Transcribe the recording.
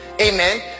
amen